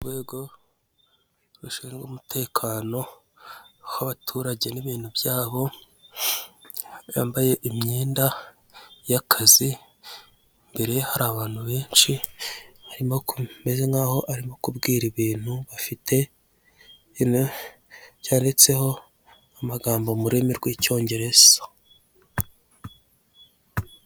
Urwego rushinzwe umutekano w'abaturage n'ibintu byabo yambaye imyenda y'akazi mbere hari abantu benshi harimo ko bimeze nkaho arimo kubwira ibintu bafite byanditseho amagambo mu rurimi rw'icyongereza.